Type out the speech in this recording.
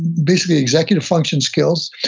basically, executive function skills,